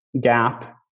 gap